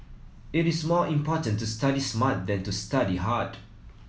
it is more important to study smart than to study hard